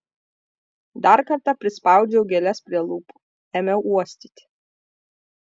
dar kartą prispaudžiau gėles prie lūpų ėmiau uostyti